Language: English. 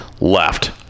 left